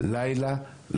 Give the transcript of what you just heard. אבל זה היה בכל לילה.